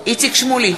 איציק שמולי,